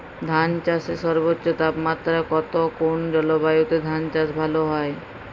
ধান চাষে সর্বোচ্চ তাপমাত্রা কত কোন জলবায়ুতে ধান চাষ ভালো হয়?